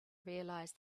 realize